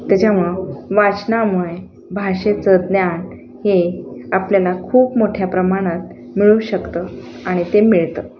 त्याच्यामुळं वाचनामुळे भाषेचं ज्ञान हे आपल्याला खूप मोठ्या प्रमाणात मिळू शकतं आणि ते मिळतं